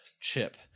chip